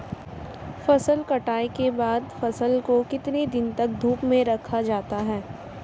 फसल कटाई के बाद फ़सल को कितने दिन तक धूप में रखा जाता है?